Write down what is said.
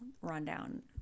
rundown